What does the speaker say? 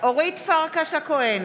קטי קטרין